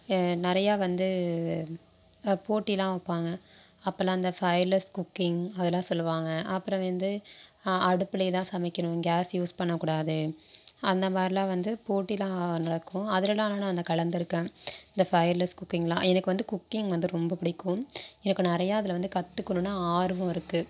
நிறையா வந்து போட்டியெலாம் வைப்பாங்க அப்போலாம் இந்த ஃபயர்லெஸ் குக்கிங் அதெலாம் சொல்லுவாங்க அப்புறம் வந்து அடுப்புலே தான் சமைக்கணும் கேஸ் யூஸ் பண்ணக் கூடாது அந்தமாதிரிலாம் வந்து போட்டியெலாம் நடக்கும் அதுலெலாம் ஆனால் நான் வந்து கலந்துயிருக்கேன் இந்த ஃபயர்லெஸ் குக்கிங்லாம் எனக்கு வந்து குக்கிங் வந்த ரொம்ப பிடிக்கும் எனக்கு நிறையா அதில் வந்து கற்றுக்கணுன்னு ஆர்வம் இருக்குது